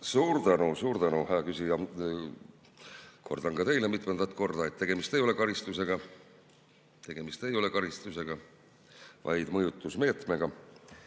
Suur tänu, hää küsija! Kordan ka teile, mitmendat korda: tegemist ei ole karistusega. Tegemist ei ole karistusega, vaid mõjutusmeetmega.